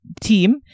team